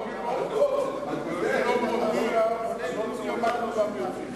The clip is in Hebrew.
מזה אולי יותר מכולם בזמן הממשל הצבאי.